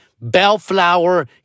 Bellflower